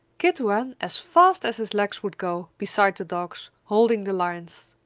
kit ran as fast as his legs would go beside the dogs, holding the lines.